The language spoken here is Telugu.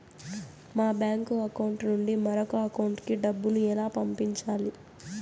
మా బ్యాంకు అకౌంట్ నుండి మరొక అకౌంట్ కు డబ్బును ఎలా పంపించాలి